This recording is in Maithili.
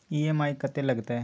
ई.एम.आई कत्ते लगतै?